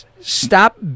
Stop